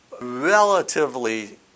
Relatively